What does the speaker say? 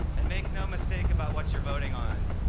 and make no mistake about what you're voting on.